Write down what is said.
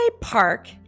Park